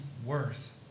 worth